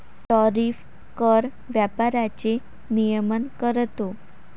tariff कर व्यापाराचे नियमन करतो